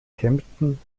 kempten